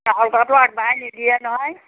আগবঢ়াই নিদিয়ে নহয়